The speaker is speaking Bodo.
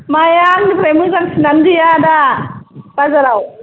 माइया आंनिफ्राय मोजांसिनानो गैया दा बाजाराव